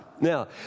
Now